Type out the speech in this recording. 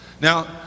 Now